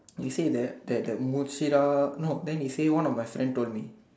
you say that that Mushirah no then he say one of my friend told me